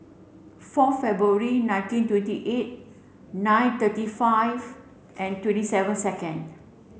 four February nineteen twenty eight nine thirty five and twenty seven second